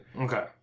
Okay